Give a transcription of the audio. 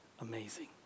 amazing